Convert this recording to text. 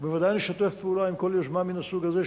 בוודאי נשתף פעולה עם כל יוזמה מן הסוג הזה,